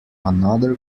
another